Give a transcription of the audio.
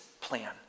plan